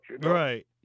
Right